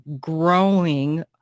growing